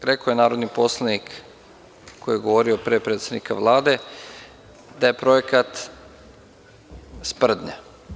Pošto, rekao je narodni poslanik koji je govorio, pre predsednika Vlade, da je projekat sprdnja.